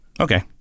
Okay